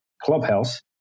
Clubhouse